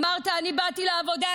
אמרת: אני באתי לעבודה,